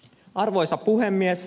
arvoisa puhemies